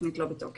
התוכנית לא בתוקף